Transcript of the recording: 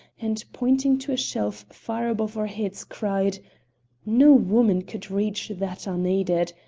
and, pointing to a shelf far above our heads, cried no woman could reach that unaided.